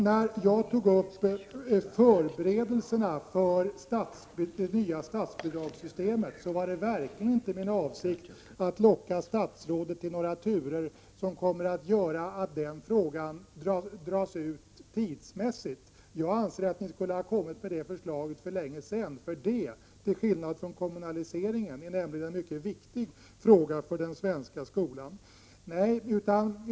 När jag tog upp förberedelserna för det nya statsbidragssystemet var det inte min avsikt att locka statsrådet till några turer som medför att frågan dras ut tidsmässigt. Jag anser att ni borde ha lagt fram detta förslag för länge sedan till skillnad från förslaget om kommunalisering. Statsbidragssystemet är nämligen en mycket viktig fråga för den svenska skolan.